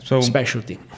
specialty